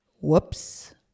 whoops